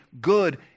good